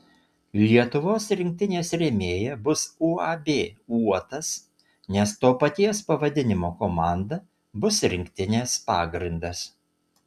lietuvos rinktinės rėmėja bus uab uotas nes to paties pavadinimo komanda bus rinktinės pagrindas